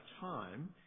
time